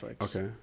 Okay